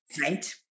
Right